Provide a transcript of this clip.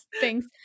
Thanks